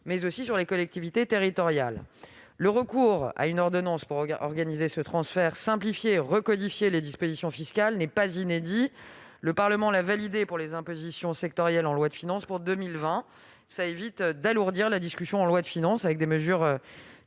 mais aussi pour les collectivités territoriales. Le recours à une ordonnance pour organiser ce transfert, simplifier et requalifier les dispositions fiscales n'est pas inédit : le Parlement l'a validé pour les impositions sectorielles en loi de finances pour 2020. Un tel recours évite d'alourdir l'examen du projet de loi de finances de la discussion